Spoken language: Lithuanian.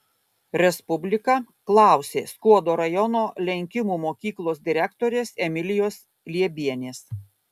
respublika klausė skuodo rajono lenkimų mokyklos direktorės emilijos liebienės